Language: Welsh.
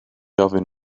ofyn